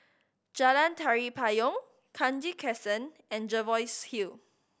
Jalan Tari Payong Kranji Crescent and Jervois Hill